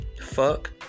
fuck